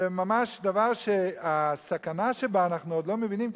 זה ממש דבר שאת הסכנה שבו אנחנו עוד לא מבינים,